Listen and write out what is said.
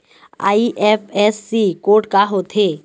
IFSC code का होथे?